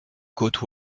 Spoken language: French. côte